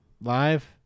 live